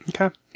Okay